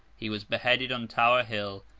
he was beheaded on tower hill,